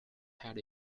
had